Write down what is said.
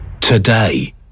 Today